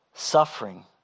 suffering